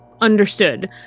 understood